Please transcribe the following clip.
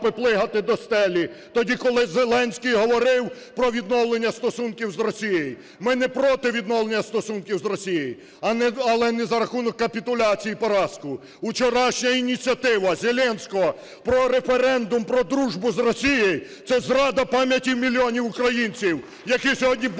Зеленський говорив про відновлення стосунків з Росією. Ми не проти відновлення стосунків з Росією, але не за рахунок капітуляцій і поразки. Вчорашня ініціатива Зеленського про референдум, про дружбу з Росією – це зрада пам'яті мільйонів українців, які сьогодні борються